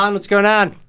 um what's going on?